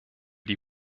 die